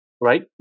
right